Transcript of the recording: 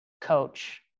coach